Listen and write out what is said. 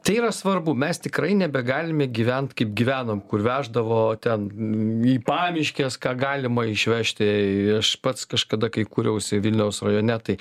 tai yra svarbu mes tikrai nebegalime gyvent kaip gyvenom kur veždavo ten į pamiškes ką galima išvežti aš pats kažkada kai kūriausi vilniaus rajone tai